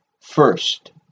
first